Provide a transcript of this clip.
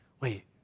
Wait